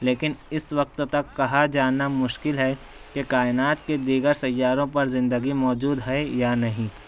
لیکن اِس وقت تک کہا جانا مشکل ہے کہ کائنات کے دیگر سیاروں پر زندگی موجود ہے یا نہیں